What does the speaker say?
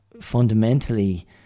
fundamentally